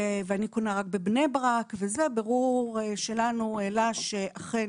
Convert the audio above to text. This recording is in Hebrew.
ואני קונה רק בבני-ברק", ובירור שלנו העלה שאכן,